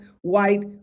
white